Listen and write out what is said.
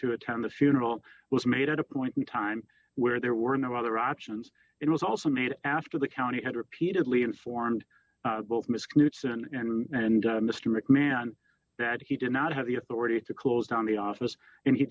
to attend the funeral was made at a point in time where there were no other options it was also made after the county had repeatedly informed both misc knutson and mr mcmahon that he did not have the authority to close down the office and he